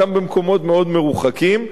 גם במקומות מאוד מרוחקים.